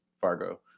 Fargo